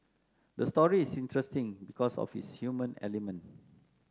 the story is interesting because of its human element